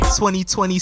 2020